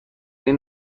این